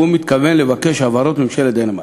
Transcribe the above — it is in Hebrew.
והוא מתכוון לבקש הבהרות מממשלת דנמרק.